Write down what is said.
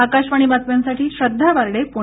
आकाशवाणी बातम्यांसाठी श्रद्वा वाडॅ पुणे